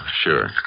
Sure